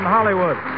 Hollywood